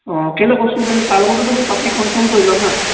অঁ কেলৈ কৈছো মানে তাৰ লগতো তুমি পাতি কনফাৰ্ম কৰি লোৱা হা